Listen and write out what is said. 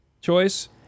choice